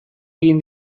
egin